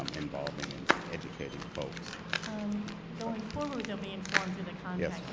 um involving in educating folks um going forward they'll be informed through the congress,